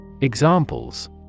Examples